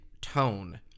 tone